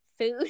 food